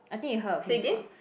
I think you head of him before